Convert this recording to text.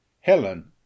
Helen